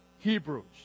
hebrews